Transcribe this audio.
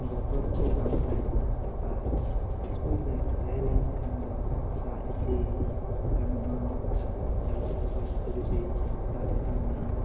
ᱵᱚᱛᱚᱨ ᱠᱚ ᱵᱟᱝ ᱛᱟᱦᱮᱱᱟ ᱟᱨ ᱤᱥᱠᱩᱞ ᱵᱮᱜᱽ ᱛᱟᱦᱮᱸ ᱞᱮᱱ ᱠᱷᱟᱱ ᱫᱚ ᱫᱟᱜ ᱤᱫᱤ ᱜᱟᱱᱚᱜᱼᱟ ᱪᱟᱞᱟᱣ ᱦᱤᱡᱩᱜ ᱚᱠᱛᱚ ᱡᱩᱫᱤ ᱫᱟᱜ ᱛᱮᱛᱟᱝ ᱵᱚᱱᱟ